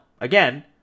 again